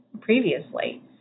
previously